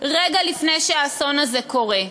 רגע לפני שהאסון הזה קורה,